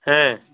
हाँ